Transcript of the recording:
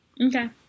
Okay